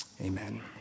Amen